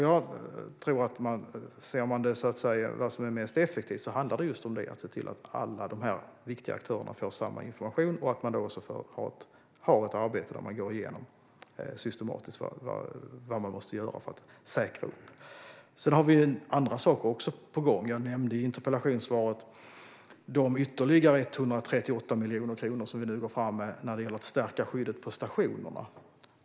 Jag tror att det som är mest effektivt är just att se till att alla de här viktiga aktörerna får samma information och att man har ett arbete där man systematiskt går igenom vad man måste göra för att säkra upp. Vi har också andra saker på gång. I interpellationssvaret nämnde jag de ytterligare 138 miljoner kronor som vi nu går fram med för att stärka skyddet på stationerna.